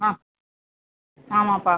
ஆ ஆமாம்ப்பா